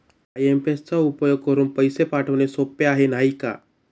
IMPS चा उपयोग करुन पैसे पाठवणे सोपे आहे, नाही का